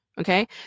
Okay